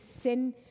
sin